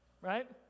right